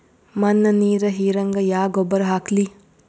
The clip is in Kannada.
ಮಣ್ಣ ನೀರ ಹೀರಂಗ ಯಾ ಗೊಬ್ಬರ ಹಾಕ್ಲಿ?